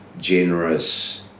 generous